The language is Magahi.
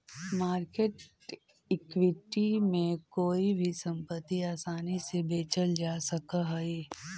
मार्केट इक्विटी में कोई भी संपत्ति आसानी से बेचल जा सकऽ हई